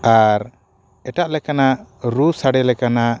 ᱟᱨ ᱮᱴᱟᱜ ᱞᱮᱠᱟᱱᱟᱜ ᱨᱩ ᱥᱟᱰᱮ ᱞᱮᱠᱟᱱᱟᱜ